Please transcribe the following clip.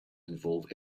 involve